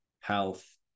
health